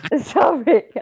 Sorry